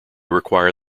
require